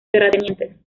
terratenientes